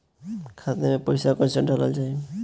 खाते मे पैसा कैसे डालल जाई?